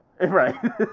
Right